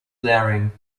blaring